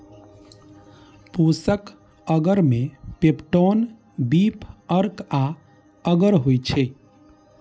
पोषक अगर मे पेप्टोन, बीफ अर्क आ अगर होइ छै